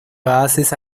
bases